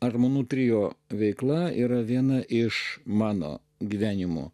armonų trio veikla yra viena iš mano gyvenimo